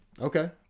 Okay